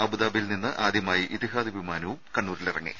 അബുദാബിയിൽ നിന്ന് ആദ്യമായി ഇത്തിഹാദ് വിമാനവും കണ്ണൂരിലിറങ്ങി